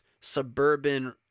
suburban